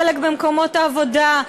חלק במקומות העבודה,